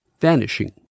vanishing